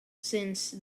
since